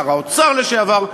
שר האוצר לשעבר,